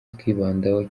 twibandaho